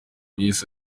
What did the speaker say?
miss